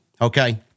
Okay